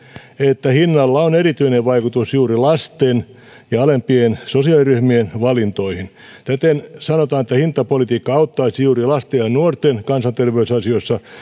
että hinnalla on erityinen vaikutus juuri lasten ja alempien sosiaaliryhmien valintoihin täten sanotaan että hintapolitiikka auttaisi juuri lasten ja nuorten kansanterveysasioissa